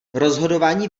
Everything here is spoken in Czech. rozhodování